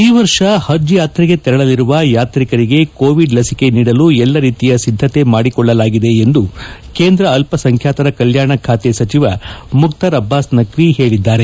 ಈ ವರ್ಷ ಹಜ್ ಯಾತ್ರೆಗೆ ತೆರಳಲಿರುವ ಯಾತ್ರಿಕರಿಗೆ ಕೋವಿಡ್ ಲಸಿಕೆ ನೀಡಲು ಎಲ್ಲ ರೀತಿಯ ಸಿದ್ದತೆ ಮಾಡಿಕೊಳ್ಳಲಾಗಿದೆ ಎಂದು ಕೇಂದ್ರ ಅಲ್ಲ ಸಂಖ್ಯಾತರ ಕಲ್ಯಾಣ ಖಾತೆ ಸಚಿವ ಮುಕ್ತಾರ್ ಅಬ್ಬಾಸ್ ನಖ್ವಿ ಹೇಳಿದ್ದಾರೆ